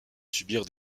subir